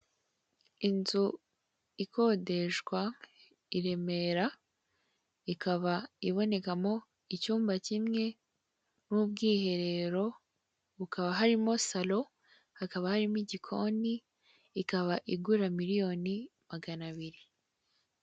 Inzu ikodeshwa i Remera, ikaba ibonekamo icyumba kimwe n'ubwiherero bukaba harimo salo, hakaba harimo igikoni, ikaba igura miliyoni magana abiri.